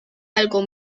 algo